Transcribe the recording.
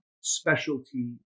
specialty